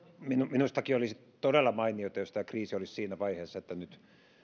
minustakin olisi todella mainiota jos tämä kriisi olisi siinä vaiheessa että nyt